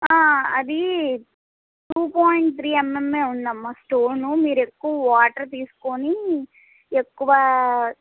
అది two point three mm ఉంది అమ్మ స్టోను మీరు ఎక్కువ వాటర్ తీసుకుని ఎక్కువ